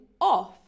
off